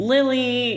Lily